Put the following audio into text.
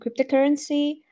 cryptocurrency